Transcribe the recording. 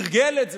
שתרגל את זה.